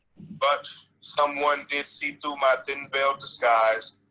but someone did see through my thin veiled disguise.